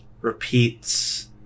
repeats